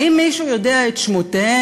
האם מישהו יודע את שמותיהם?